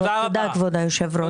תודה, כבוד היושב-ראש.